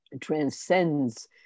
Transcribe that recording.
transcends